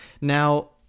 Now